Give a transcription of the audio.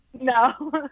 no